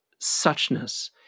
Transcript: suchness